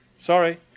Sorry